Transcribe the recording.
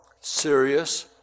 serious